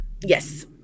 Yes